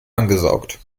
angesaugt